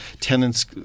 tenants